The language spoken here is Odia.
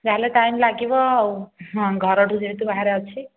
ଯାହାହେଲେ ବି ଟାଇମ୍ ଲାଗିବ ଆଉ ଘରଠୁ ଯେହେତୁ ବାହାରେ ଅଛି